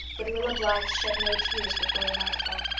but rilla blythe shed no tears before the nightfall.